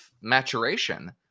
maturation